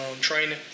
training